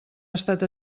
estat